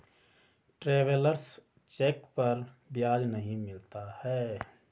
travellers cheque पर ब्याज नहीं मिलता है